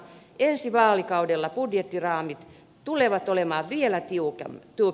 ensi vaalikaudella budjettiraamit tulevat olemaan vielä tiukemmat